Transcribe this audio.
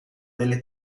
delle